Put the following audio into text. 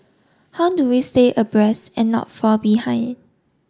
how do we stay abreast and not fall behind